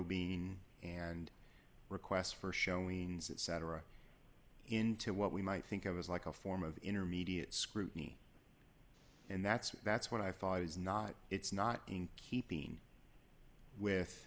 protein and requests for showing that cetera into what we might think of as like a form of intermediate scrutiny and that's that's what i thought is not it's not in keeping with